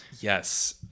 Yes